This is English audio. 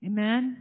Amen